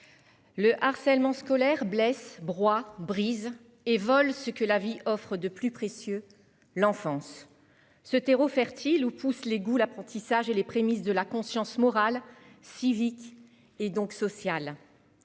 Le harcèlement scolaire blesse broie brise et vol ce que la vie offrent de plus précieux, l'enfance. Ce terreau fertile où pousse les goûts l'apprentissage et les prémices de la conscience morale civique et donc sociale.